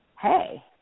hey